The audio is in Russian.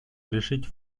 решать